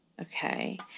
Okay